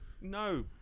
No